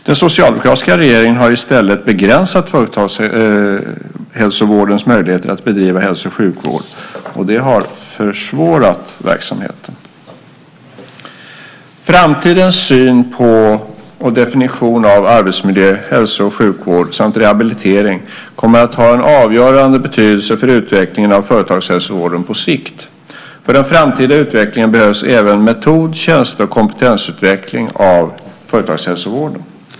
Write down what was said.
Den socialdemokratiska regeringen har i stället begränsat företagshälsovårdens möjligheter att bedriva hälso och sjukvård. Det har försvårat verksamheten. Framtidens syn på och definition av arbetsmiljö, hälso och sjukvård samt rehabilitering kommer att ha en avgörande betydelse för utvecklingen av företagshälsovården på sikt. För den framtida utvecklingen behövs även metod-, tjänste och kompetensutveckling av företagshälsovården.